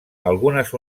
algunes